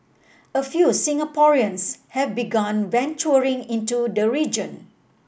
a few Singaporeans have begun venturing into the region